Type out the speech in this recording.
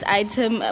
item